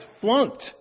flunked